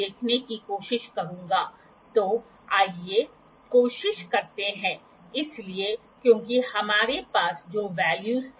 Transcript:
तो दिया गया डेटा है कि θ 14 डिग्री के बराबर है और फिर L रोलर्स के बीच की लंबाई 100 मिलीमीटर है